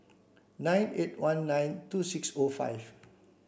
nine eight one nine two six O five